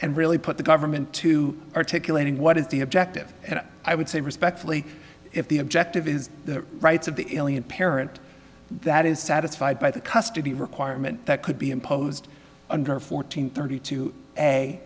and really put the government to articulating what is the objective and i would say respectfully if the objective is the rights of the alien parent that is satisfied by the custody requirement that could be imposed under fourteen thirty two a